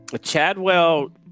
Chadwell